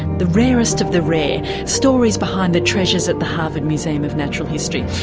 the rarest of the rare stories behind the treasures at the harvard museum of natural history.